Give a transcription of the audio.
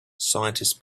scientists